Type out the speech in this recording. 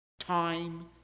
Time